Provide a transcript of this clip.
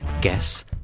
Guess